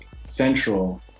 central